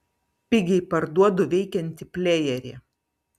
pigiai parduodu veikiantį plejerį